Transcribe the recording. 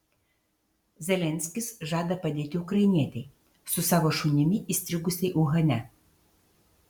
zelenskis žada padėti ukrainietei su savo šunimi įstrigusiai uhane